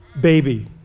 baby